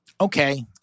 Okay